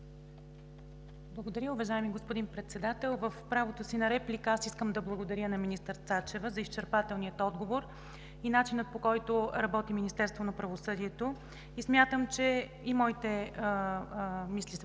Благодаря, уважаеми господин Председател. В правото си на реплика искам да благодаря на министър Цачева за изчерпателния отговор и начина, по който работи Министерството на правосъдието. Смятам, че и моите мисли се